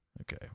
Okay